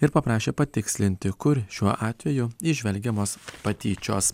ir paprašė patikslinti kur šiuo atveju įžvelgiamos patyčios